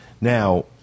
Now